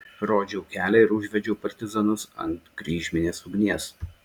rodžiau kelią ir užvedžiau partizanus ant kryžminės ugnies